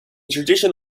tradition